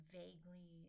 vaguely